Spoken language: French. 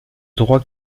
droit